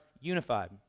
unified